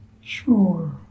Sure